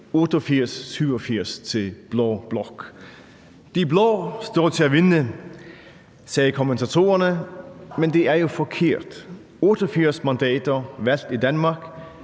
88-87 til blå blok. De blå står til at vinde, sagde kommentatorerne, men det er jo forkert. 88 mandater valgt i Danmark